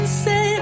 say